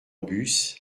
bus